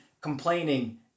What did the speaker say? complaining